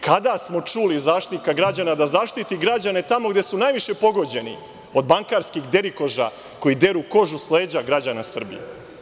Kada smo čuli Zaštitnika građana da zaštiti građane tamo gde su najviše pogođeni, od bankarskih derikoža koji deru kožu s leđa građana Srbije?